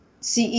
ce